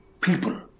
people